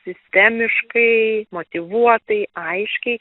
sistemiškai motyvuotai aiškiai